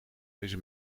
deze